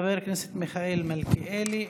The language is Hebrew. חבר הכנסת מיכאל מלכיאלי,